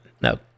no